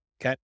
Okay